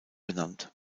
benannt